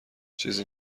چیزی